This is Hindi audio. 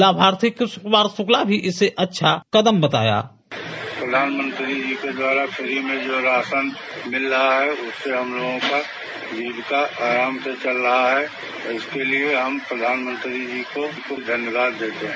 लाभार्थी कृष्ण कुमार शुक्ला ने भी इसे अच्छा कदम बताया प्रधानमंत्री जी के द्वारा जो फ्री में राशन मिल रहा है उससे हम लोगों का जीविका आराम से चल रहा है उसके लिए हम प्रधानमंत्री जी को काफी धन्यवाद देते हैं